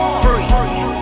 free